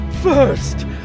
First